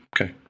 Okay